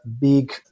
big